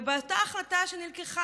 ובאותה החלטה שהתקבלה,